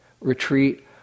retreat